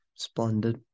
Splendid